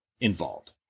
involved